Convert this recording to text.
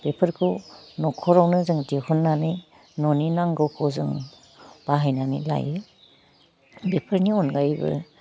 बिफोरखौ न'खरावनो जों दिहुन्नानै न'नि नांगौखौ जों बाहायनानै लायो बेफोरनि अनगायैबो